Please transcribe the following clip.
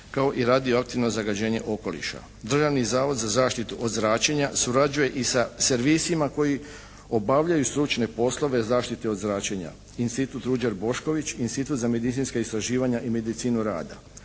kao i radioaktivno zagađenje okoliša. Državni zavod za zaštitu od zračenja surađuje i sa servisima koji obavljaju stručne poslove zaštite od zračenja Institut "Ruđer Bošković", Institut za medicinska istraživanja i medicinu rada.